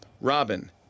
Robin